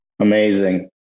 Amazing